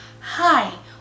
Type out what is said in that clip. hi